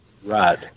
Right